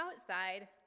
outside